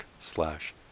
slash